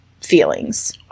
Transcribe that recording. feelings